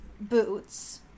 boots